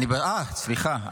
------ אה, סליחה.